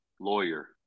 lawyer